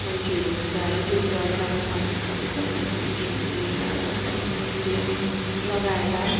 मान्छेहरू हुन्छ है जो जो अब राम्रोसँगले पढ्दैछ उनीहरूको इन्टर्भ्यु लिएर सरकारी स्कुलतिर लगाएर